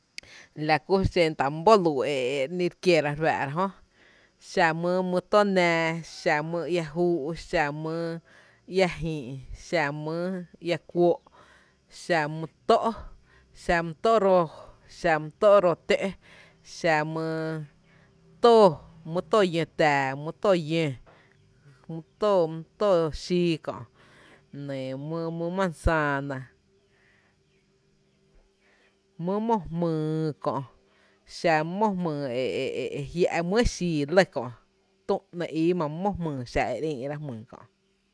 La kú xen tá’ mý boluu’ e re ‘ní re kiera re fáá’ra jö, xa mý tó nⱥⱥ, xa mý ia júú, xa mý iá jïï’, xa mý iá kuóó’, xa mý tó’, xa mý tó’ roo, xa mý tó’ roo tǿ’, xa mý tóó, mý too llǿǿ tⱥⱥ mý too ǿ, mý tóó, mý tóó xíí kö’, nɇɇ mý manzana, mý mó’ jmyy kö’, xa mý mo’ jmyy e e jia’ mý e xii lɇ kö’, tü, ‘ni ii má’ mý mo’ jmyy xa e re ïï’ra jmyy kö’.